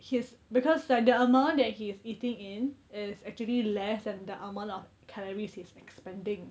he has because like the amount that he is eating in is actually less than the amount of calories he's expanding